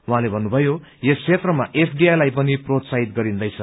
उहाँले बताउनुभयो यस क्षेत्रमा एफडीआईलाई पनि प्रोत्साहित गरिन्दैछ